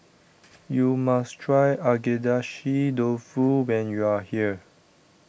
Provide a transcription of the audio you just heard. you must try Agedashi Dofu when you are here